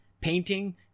Painting